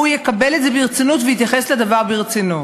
הוא יקבל את זה ברצינות ויתייחס לדבר ברצינות.